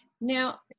now